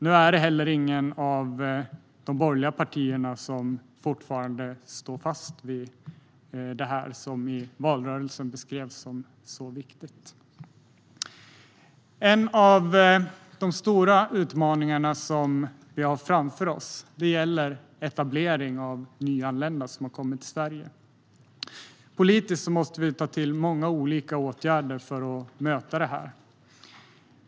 Nu är det heller inte något av de borgerliga partierna som står fast vid det som i valrörelsen beskrevs som så viktigt. En av de stora utmaningar som vi har framför oss gäller etablering av nyanlända som har kommit till Sverige. Politiskt måste vi ta till många olika åtgärder för att möta det.